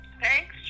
Thanks